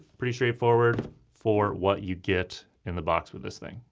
pretty straightforward for what you get in the box with this thing.